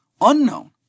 unknown